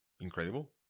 incredible